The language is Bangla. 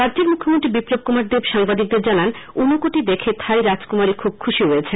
রাজ্যের মুখ্যমন্ত্রী বিপ্লব কুমার দেব অপেক্ষমান সাংবাদিকদের জানান ঊনকোটি দেখে খাই রাজকুমারী খুব খুশি হয়েছেন